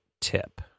tip